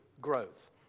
growth